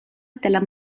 della